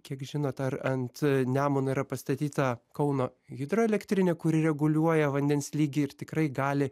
kiek žinot ar ant nemuno yra pastatyta kauno hidroelektrinė kuri reguliuoja vandens lygį ir tikrai gali